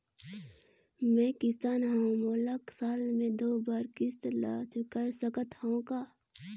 मैं किसान हव मोला साल मे दो बार किस्त ल चुकाय सकत हव का?